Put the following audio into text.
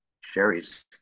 Sherry's